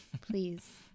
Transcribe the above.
Please